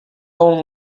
own